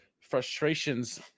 frustrations